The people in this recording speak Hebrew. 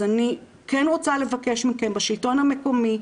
אז אני כן רוצה לבקש מכם בשלטון המקומי,